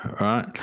Right